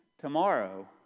tomorrow